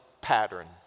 pattern